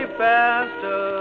faster